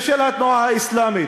ואל התנועה האסלאמית,